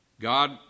God